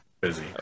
busy